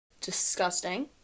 Disgusting